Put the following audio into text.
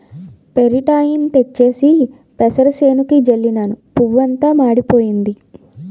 పెరాటేయిన్ తెచ్చేసి పెసరసేనుకి జల్లినను పువ్వంతా మాడిపోయింది